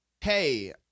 hey